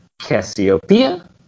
Cassiopeia